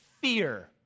fear